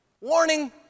Warning